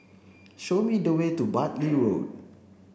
show me the way to Bartley Road